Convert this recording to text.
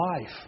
life